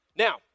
Now